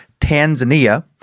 Tanzania